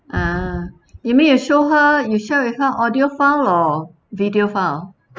ah you mean you show her you show with her audio file or video file